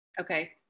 Okay